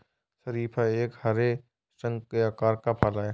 शरीफा एक हरे, शंकु के आकार का फल है